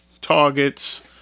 targets